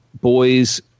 boys